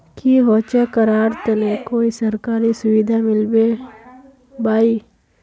की होचे करार तने कोई सरकारी सुविधा मिलबे बाई?